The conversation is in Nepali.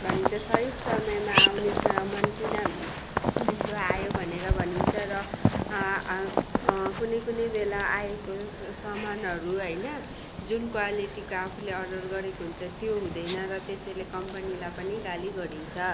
भनिन्छ सही समयमा आउने सामान किन ढिलो आयो भनेर भनिन्छ र कुनै कुनै बेला आएको स सामानहरू होइन जुन क्वालिटीको आफूले अर्डर गरेको हुन्छ त्यो हुँदैन र त्यसैले कम्पनीलाई पनि गाली गरिन्छ